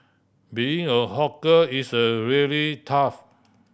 being a hawker is really tough